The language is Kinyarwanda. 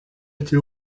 ati